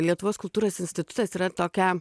lietuvos kultūros institutas yra tokia